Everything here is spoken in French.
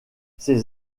ses